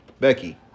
Becky